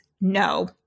no